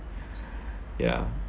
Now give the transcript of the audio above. yeah